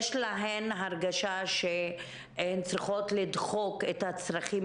יש להן הרגשה שהן צריכות לדחוק את הצרכים